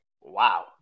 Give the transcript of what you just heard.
Wow